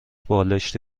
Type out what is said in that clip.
بالشتی